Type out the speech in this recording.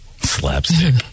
Slapstick